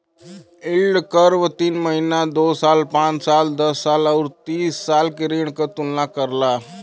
yield curve तीन महीना, दो साल, पांच साल, दस साल आउर तीस साल के ऋण क तुलना करला